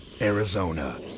Arizona